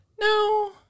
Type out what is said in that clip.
no